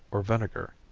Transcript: or vinegar.